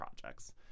projects